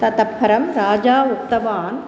ततः परं राजा उक्तवान्